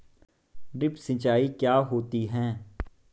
Drip सिंचाई क्या होती हैं?